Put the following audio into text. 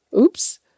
Oops